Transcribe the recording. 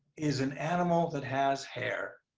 is an animal that has hair.